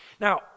Now